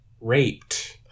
raped